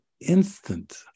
instant